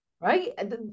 right